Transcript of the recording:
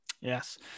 Yes